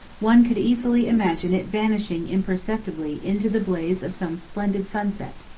one could easily imagine it vanishing imperceptibly into the blaze of some splendid sunset.